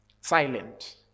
silent